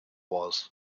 was